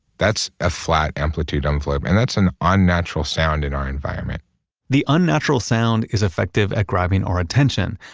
that's a flat amplitude envelope, and that's an unnatural sound in our environment the unnatural sound is effective at grabbing our attention,